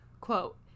quote